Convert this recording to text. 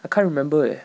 I can't remember eh